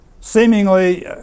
seemingly